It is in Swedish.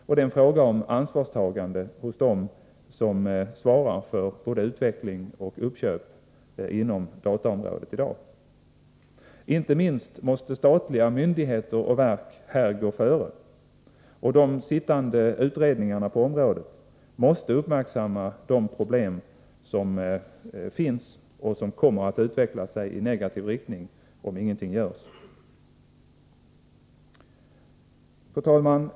Det är en fråga om ansvarstagande hos dem som svarar för både utveckling och uppköp på dataområdet i dag. Inte minst måste statliga myndigheter och verk gå före, och de sittande utredningarna på området måste uppmärksamma de problem som finns och som kommer att utveckla sig i negativ riktning om ingenting görs. Fru talman!